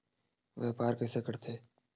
व्यापार कइसे करथे?